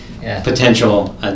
potential